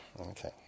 Okay